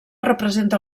representa